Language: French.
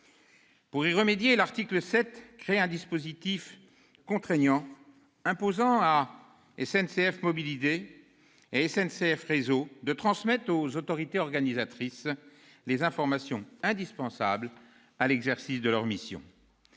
Pour y remédier, l'article 7 crée un dispositif contraignant, imposant à SNCF Mobilités et SNCF Réseau de transmettre aux autorités organisatrices les informations indispensables à l'exercice de leur mission,